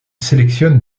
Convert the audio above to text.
sélectionne